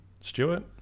Stewart